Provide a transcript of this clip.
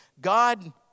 God